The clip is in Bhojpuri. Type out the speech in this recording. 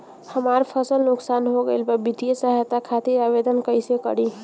हमार फसल नुकसान हो गईल बा वित्तिय सहायता खातिर आवेदन कइसे करी?